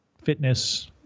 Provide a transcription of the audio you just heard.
Fitness